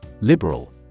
Liberal